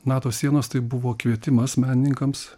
nato sienos tai buvo kvietimas menininkams